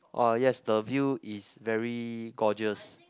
Oh yes the view is very gorgeous